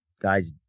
guy's